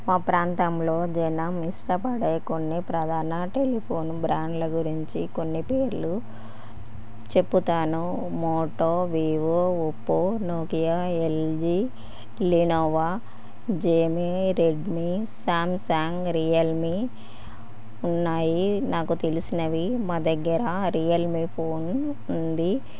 మా ప్రాంతంలో జనం ఇష్టపడే కొన్ని ప్రధాన టెలిఫోన్ బ్రాండ్ల గురించి కొన్ని పేర్లు చెప్తాను Moto Vivo Oppo Nokia LG Lenovo Gionee Redmi Samsung Realme ఉన్నాయి నాకు తెలిసినవి మా దగ్గర రియల్మీ ఫోన్ ఉంది